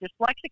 dyslexic